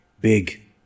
big